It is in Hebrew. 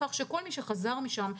כל מי שחזר משם,